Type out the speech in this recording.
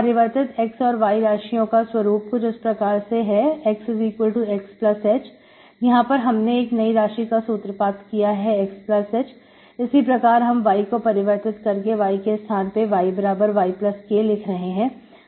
परिवर्तित x और y राशियों का स्वरूप कुछ इस प्रकार से है xXhयहां पर हमने एक नई राशि का सूत्रपात किया है Xh इसी प्रकार हम y को परिवर्तित करके y के स्थान पर yYk लिख रहे हैं